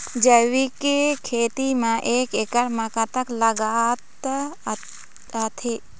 जैविक खेती म एक एकड़ म कतक लागत आथे?